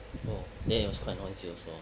oh then it was quite noisy also ah